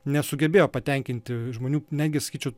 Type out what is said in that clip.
nesugebėjo patenkinti žmonių netgi sakyčiau